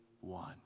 one